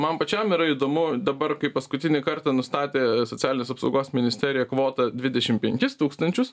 man pačiam yra įdomu dabar kai paskutinį kartą nustatė socialinės apsaugos ministerija kvotą dvidešim penkis tūkstančius